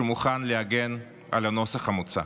שמוכן להגן על הנוסח המוצע.